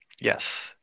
Yes